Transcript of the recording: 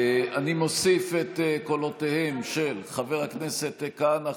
אני מוסיף את קולותיהם של חבר הכנסת כהנא,